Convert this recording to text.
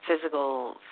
physical